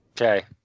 Okay